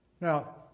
Now